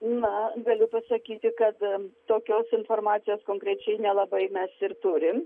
na galiu pasakyti kad tokios informacijos konkrečiai nelabai mes ir turim